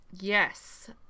Yes